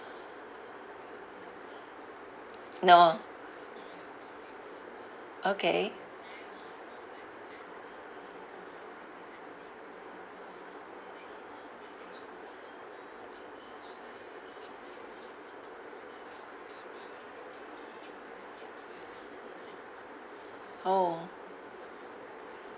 no okay orh